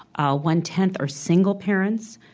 ah one-tenth are single parents.